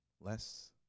less